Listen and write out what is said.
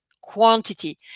quantity